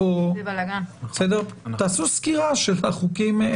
תעשו סקירה של החוקים.